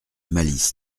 malice